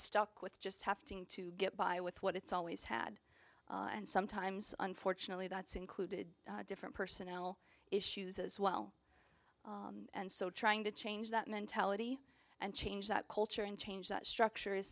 stuck with just have to get by with what it's always had and sometimes unfortunately that's included different personnel issues as well and so trying to change that mentality and change that culture and change that structure is